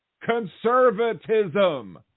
Conservatism